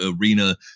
arena